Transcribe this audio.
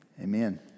Amen